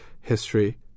history